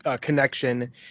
connection